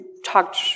talked